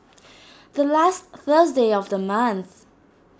the last Thursday of the month